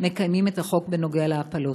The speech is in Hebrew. מקיימים את החוק בנוגע להפלות.